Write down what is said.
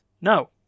No